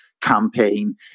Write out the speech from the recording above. campaign